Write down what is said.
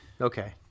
Okay